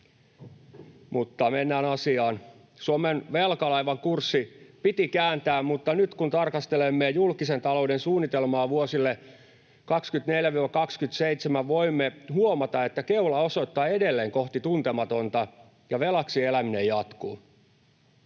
Mutta mennään asiaan. Suomen velkalaivan kurssi piti kääntää, mutta nyt kun tarkastelemme julkisen talouden suunnitelmaa vuosille 24—27, voimme huomata, että keula osoittaa edelleen kohti tuntematonta ja velaksi eläminen jatkuu.